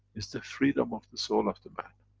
is the freedom of the soul of the man,